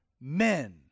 men